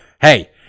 hey